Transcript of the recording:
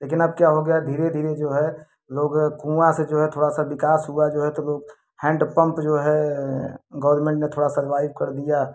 लेकिन अब क्या हो गया धीरे धीरे जो है लोग कुआँ से जो है थोड़ा सा विकास हुआ जो है तो लोग हैंडपंप जो है गौरमेंट ने थोड़ा सर्वाइव कर दिया